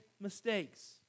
mistakes